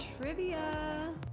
Trivia